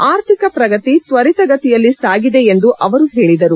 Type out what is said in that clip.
ಆರ್ಥಿಕ ಪ್ರಗತಿ ತ್ವರಿತ ಗತಿಯಲ್ಲಿ ಸಾಗಿದೆ ಎಂದು ಅವರು ಹೇಳಿದರು